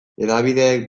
hedabideek